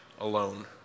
alone